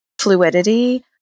fluidity